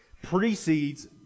precedes